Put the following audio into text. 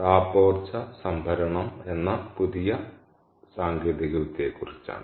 താപോർജ്ജ സംഭരണം എന്ന പുതിയ സാങ്കേതികവിദ്യയെക്കുറിച്ചാണ്